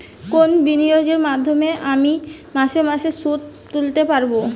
কোন বিনিয়োগের মাধ্যমে আমি মাসে মাসে সুদ তুলতে পারবো?